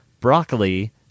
broccoli